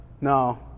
No